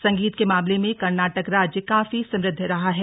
संगीत के मामले में कर्नाटक राज्य काफी समृद्ध रहा है